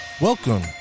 Welcome